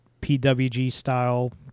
PWG-style